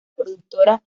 productora